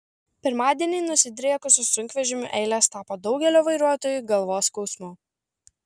pirmadienį nusidriekusios sunkvežimių eilės tapo daugelio vairuotojų galvos skausmu